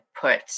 put